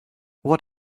what